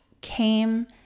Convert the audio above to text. came